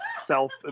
self